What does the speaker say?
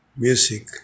music